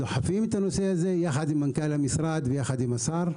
אנחנו דוחפים את הנושא הזה יחד עם מנכ"ל המשרד ויחד עם השר,